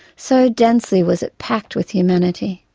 so densely was it packed with humanity.